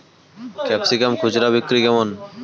Capsicum খুচরা বিক্রি কেমন?